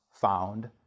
found